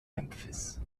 memphis